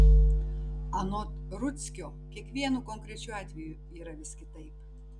anot rudzkio kiekvienu konkrečiu atveju yra vis kitaip